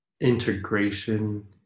integration